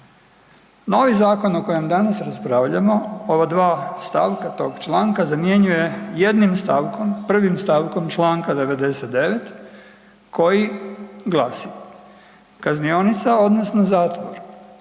Novi zakon o kojem danas raspravljamo ova dva stavka tog članka zamjenjuje jednim stavkom, prvim stavkom Članka 99. koji glasi: „Kaznionica odnosno zatvor